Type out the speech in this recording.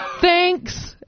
thanks